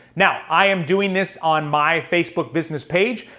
now, i am doing this on my facebook business page.